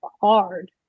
hard